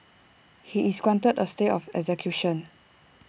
he is granted A stay of execution